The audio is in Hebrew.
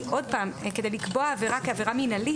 כדי לקבוע עבירה כעבירה מינהלית,